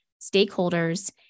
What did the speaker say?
stakeholders